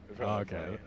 Okay